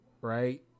right